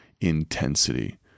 intensity